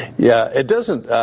yeah, it doesn't,